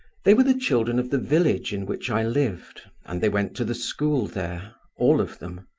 they were the children of the village in which i lived, and they went to the school there all of them.